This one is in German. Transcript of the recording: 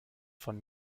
von